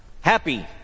happy